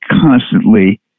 constantly